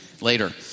later